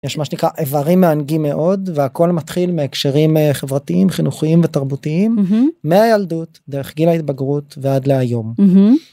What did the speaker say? יש מה שנקרא איברים מענגים מאוד והכל מתחיל מהקשרים חברתיים חינוכיים ותרבותיים מהילדות דרך גיל ההתבגרות ועד להיום.